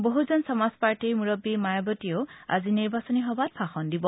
বহুজন সমাজপাৰ্টীৰ মূৰব্বী মায়াৱতীয়েও আজি নিৰ্বাচনী সভাত ভাষণ দিব